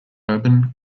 urban